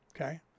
Okay